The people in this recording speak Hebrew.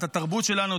את התרבות שלנו,